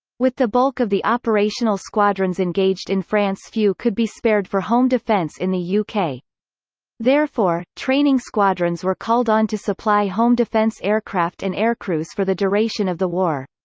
with the bulk of the operational squadrons engaged in france few could be spared for home defence in the yeah uk. therefore, training squadrons were called on to supply home defence aircraft and aircrews for the duration of the war.